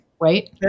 Right